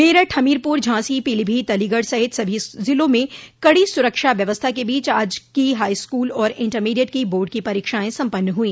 मेरठ हमीरपुर झांसी पीलीभीत अलीगढ़ सहित सभी जिलों में कड़ी सुरक्षा व्यवस्था क बीच आज की हाईस्कूल और इंटरमीडिएट की बोर्ड की परीक्षाएं सम्पन्न हुई